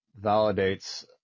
validates